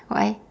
why